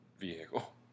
vehicle